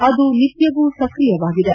ಅದು ನಿತ್ತವೂ ಸ್ಕ್ರಿಯವಾಗಿದೆ